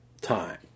time